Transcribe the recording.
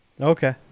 Okay